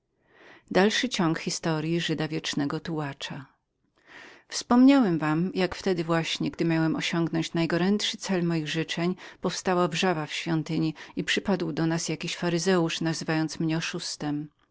po chwili milczenia tak zaczął mówić wspomniałem wam jak wtedy właśnie gdy miałem osiągnąć najgorętszy cel moich życzeń powstała wrzawa w świątyni jak przypadł do nas jakiś faryzeusz i nazwał mnie oszustem